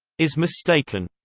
is mistaken.